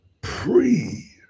pre